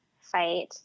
fight